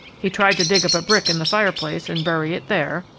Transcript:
he tried to dig up a brick in the fireplace and bury it there,